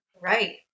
Right